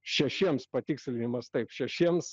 šešiems patikslinimas taip šešiems